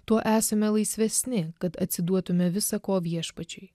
tuo esame laisvesni kad atsiduotume visa ko viešpačiui